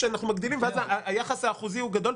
שאנחנו מגדילים ואז היחס האחוזי הוא גדול.